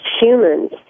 humans